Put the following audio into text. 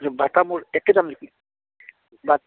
বাটামৰ একে দাম নেকি